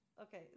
Okay